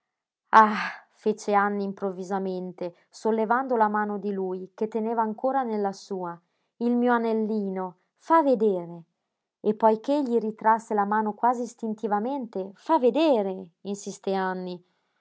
ah fece anny improvvisamente sollevando la mano di lui che teneva ancora nella sua il mio anellino fa vedere e poiché egli ritrasse la mano quasi istintivamente fa vedere insisté anny